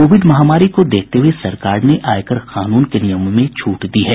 Covid महामारी को देखते हुए सरकार ने आयकर कानून के नियमों में छूट दी है